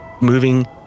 moving